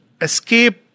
escape